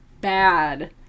bad